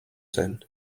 zen